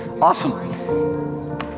awesome